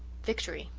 victory!